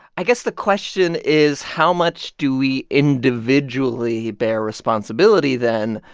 i guess the question is, how much do we individually bear responsibility, then,